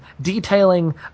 detailing